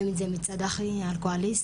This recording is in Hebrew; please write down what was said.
אם זה מצד אחי האלכוהוליסט,